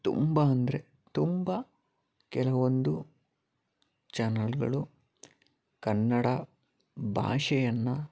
ತುಂಬ ಅಂದರೆ ತುಂಬ ಕೆಲವೊಂದು ಚಾನಲ್ಗಳು ಕನ್ನಡ ಭಾಷೆಯನ್ನು